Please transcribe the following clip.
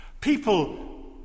people